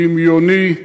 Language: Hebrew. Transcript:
דמיוני.